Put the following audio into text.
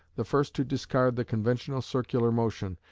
the first to discard the conventional circular motion,